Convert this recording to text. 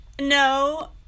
no